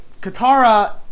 Katara